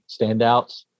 standouts